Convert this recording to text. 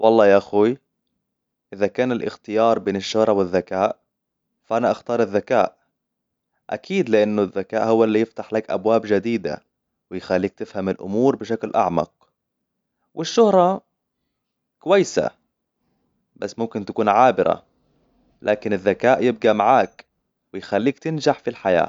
والله يا أخوي، إذا كان الإختيار بين الشهرة والذكاء، فأنا أختار الذكاء. أكيد لأن الذكاء هو اللي يفتح لك أبواب جديدة ويخليك تفهم الأمور بشكل أعمق. والشهرة، كويسة، بس ممكن تكون عابرة، لكن الذكاء يبقى معاك ويخليك تنجح في الحياة.